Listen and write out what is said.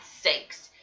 sakes